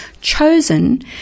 chosen